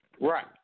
Right